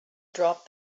dropped